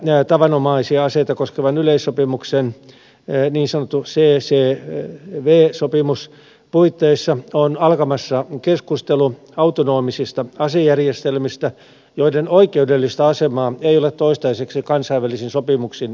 eräitä tavanomaisia aseita koskevan yleissopimuksen niin sanotun ccw sopimuksen puitteissa on alkamassa keskustelu autonomisista asejärjestelmistä joiden oikeudellista asemaa ei ole toistaiseksi kansainvälisin sopimuksin käsitelty